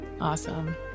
Awesome